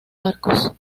barcos